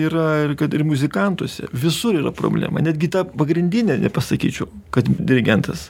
yra ir kad ir muzikantuose visur yra problema netgi ta pagrindinė nepasakyčiau kad dirigentas